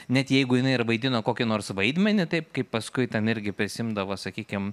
net jeigu jinai ir vaidino kokį nors vaidmenį taip kaip paskui tam irgi prisiimdavo sakykime